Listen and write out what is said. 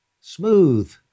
smooth